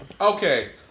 Okay